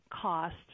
cost